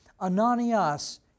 Ananias